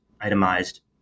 itemized